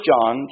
John